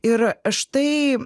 ir štai